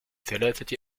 ثلاثة